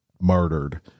murdered